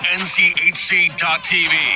nchc.tv